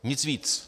Nic víc.